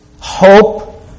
hope